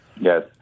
Yes